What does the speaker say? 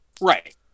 right